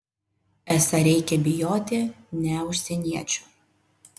esą reikia bijoti ne užsieniečių